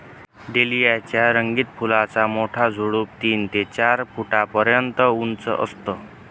dahlia च्या रंगीत फुलांचा मोठा झुडूप तीन ते चार फुटापर्यंत उंच असतं